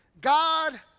God